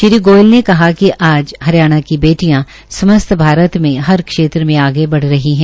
श्री गोयल ने कहा कि आज हरियाणा की बेटिया समस्त भारत में हर क्षेत्र में आगे बढ़ रही है